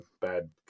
bad